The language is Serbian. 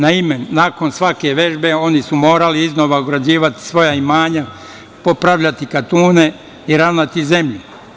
Naime, nakon svake vežbe oni su morali iznova ograđivati svoja imanja, popravljati katune i ravnati zemlju.